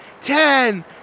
ten